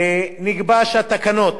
נקבע שהתקנות